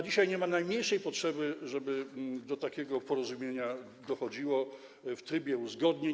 Dzisiaj nie ma najmniejszej potrzeby, żeby do takiego porozumienia dochodziło w trybie uzgodnień.